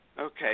Okay